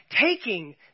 taking